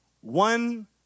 one